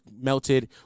melted